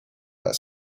their